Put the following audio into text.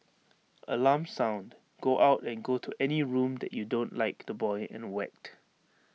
alarm sound go out and go to any room that you don't like the boy and whacked